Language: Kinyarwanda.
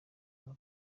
nka